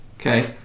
Okay